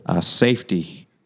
safety